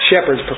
Shepherds